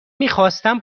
میخواستم